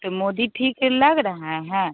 तो मोदी ठीक लग रहे हैं